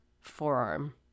forearm